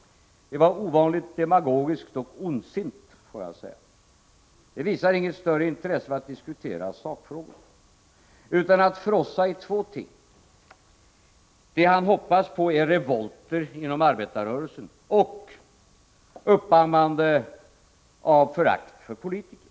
Det var ovanligt demagogiskt och ondsint. Ingemar Eliasson visade inget större intresse för att diskutera sakfrågorna. Han ägnade sig i stället åt att frossa i två ting: Det han hoppades på var revolter inom arbetarrörelsen och uppammande av förakt för politiker.